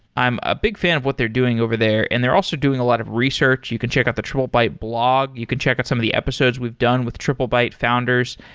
i'm a big fan of what they're doing over there and they're also doing a lot of research. you can check out the triplebyte blog. you can check out some of the episodes we've done with triplebyte founders.